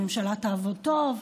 שממשלה תעבוד טוב,